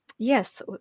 Yes